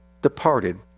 Departed